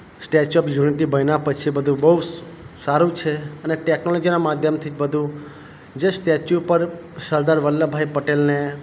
statue of unity બન્યા પછી બધું બહુ સારું છે અને ટેકનોલોજીના માધ્યમથી જ બધું જે સ્ટેચ્યૂ પર સરદાર વલભભાઈ પટેલને